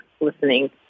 listening